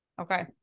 Okay